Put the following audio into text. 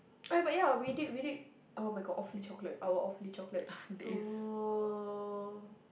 eh but ya we did we did [oh]-my-god Awfully-Chocolate our Awfully-Chocolate !aww!